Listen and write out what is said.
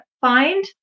find